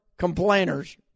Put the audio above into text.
Complainers